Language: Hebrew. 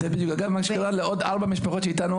זה מה שקרה לעוד ארבע משפחות שאיתנו,